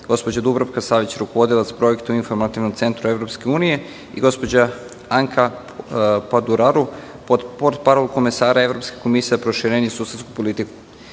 gospođa Dubravka Savić, rukovodilac projekata u Informativnom centru Evropske unije i gospođa Anka Paduraru, portparol komesara Evropske komije za proširenje i susedsku politiku. Takođe